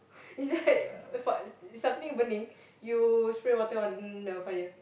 is that your fart if something burning you spray water on the fire